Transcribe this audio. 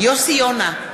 יוסי יונה,